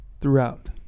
throughout